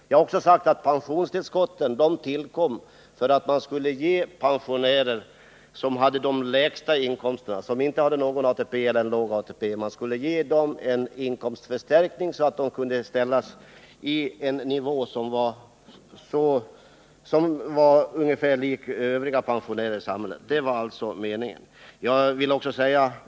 Jag har också sagt att pensionstillskotten tillkom för att man skulle ge pensionärer som hade de lägsta inkomsterna, som inte hade någon ATP alls eller hade låg sådan, en inkomstförstärkning så att de kunde komma upp i ungefär samma inkomstnivå som övriga pensionärer i samhället. Detta var alltså meningen med pensionstillskotten.